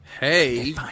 Hey